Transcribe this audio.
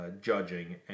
Judging